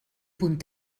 punt